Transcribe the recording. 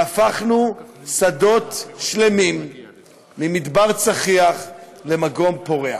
והפכנו שדות שלמים ממדבר צחיח למקום פורח,